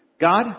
God